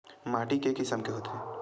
माटी के किसम के होथे?